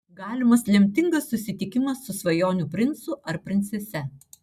galimas lemtingas susitikimas su svajonių princu ar princese